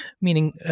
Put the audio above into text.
meaning